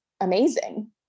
amazing